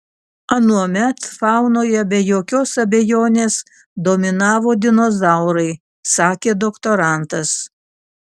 anuomet faunoje be jokios abejonės dominavo dinozaurai sakė doktorantas